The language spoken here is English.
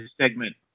segment